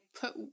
put